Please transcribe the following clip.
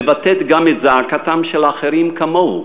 מבטאת גם את זעקתם של אחרים כמוהו,